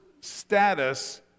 status